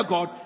God